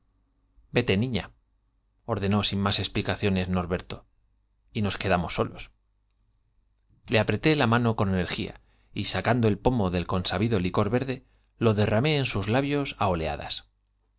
vete niña ordenó sin más explicaciones solos berto y nos quedamos le apreté la mano con energía y sacando el pomo del consabido licor verde lo derramé en sus labios á oleadas